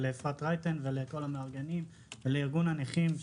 לאפרת רייטן מרום ולכל המארגנים ולארגון הנכים,